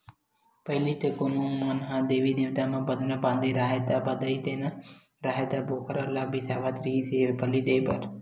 पहिली तो कोनो मन ह देवी देवता म बदना बदे राहय ता, बधई देना राहय त बोकरा ल बिसावत रिहिस हे बली देय बर